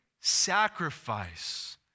sacrifice